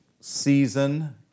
season